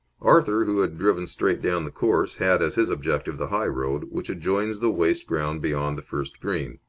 arthur, who had driven straight down the course, had as his objective the high road, which adjoins the waste ground beyond the first green.